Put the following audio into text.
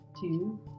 two